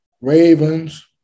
Ravens